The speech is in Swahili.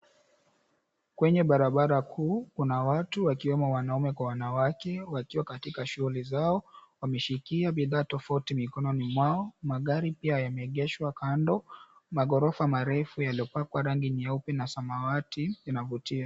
Kwenye barabara kuu kuna watu, wakiwemo wanaume na wanawake, wakiwa katika shughuli zao. Wameshikia bidhaa tofauti mikononi mwao, magari pia yameegeshwa kando. Magorofa marefu yaliyopakwa rangi nyeupe na samawati inavutia.